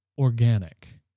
organic